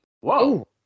Whoa